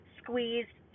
squeezed